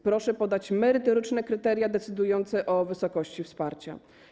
Proszę podać merytoryczne kryteria decydujące o wysokości wsparcia.